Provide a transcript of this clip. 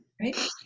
Right